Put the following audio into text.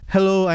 Hello